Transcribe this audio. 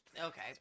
Okay